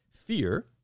fear